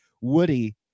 Woody